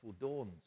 dawns